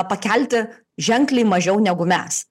pakelti ženkliai mažiau negu mes